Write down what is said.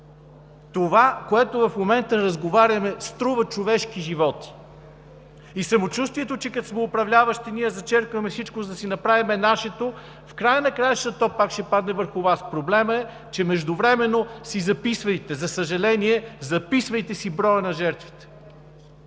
Това, за което в момента разговаряме, струва човешки животи. Самочувствието, че като сме управляващи, ние зачеркваме всичко, за да си направим нашето, в края на краищата то пак ще падне върху Вас. Проблемът е, че – междувременно си записвайте, за съжаление, записвайте си броя на жертвите!